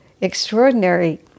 extraordinary